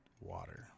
water